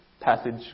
passage